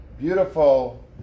Beautiful